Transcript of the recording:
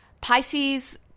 Pisces